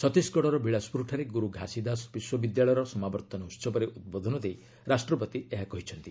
ଛତିଶଗଡ଼ର ବିଳାଶପୁରଠାରେ ଗୁରୁ ଘାଷିଦାସ ବିଶ୍ୱବିଦ୍ୟାଳୟର ସମାବର୍ତ୍ତନ ଉତ୍ସବରେ ଉଦ୍ବୋଧନ ଦେଇ ରାଷ୍ଟ୍ରପତି ଏହା କହିଛନ୍ତି